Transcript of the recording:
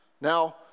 Now